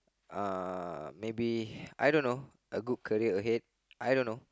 uh maybe I don't know a good career ahead I don't know